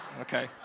Okay